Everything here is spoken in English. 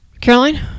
Caroline